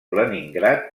leningrad